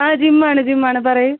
ആ ജിമ്മാണ് ജിമ്മാണ് പറയു